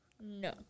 No